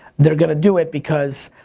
they're gonna do it because,